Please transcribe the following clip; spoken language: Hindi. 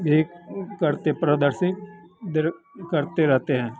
भी करते प्रदर्शित द्र करते रहते हैं